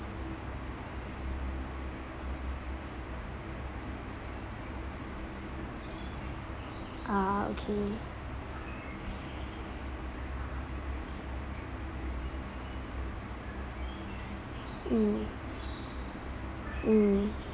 ah okay mm mm